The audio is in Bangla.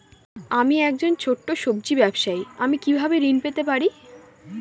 আমি একজন ছোট সব্জি ব্যবসায়ী আমি কিভাবে ঋণ পেতে পারি?